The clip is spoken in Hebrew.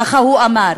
ככה הוא אמר,